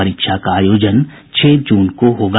परीक्षा का आयोजन छह जून को होगा